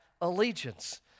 allegiance